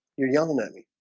you're young and at me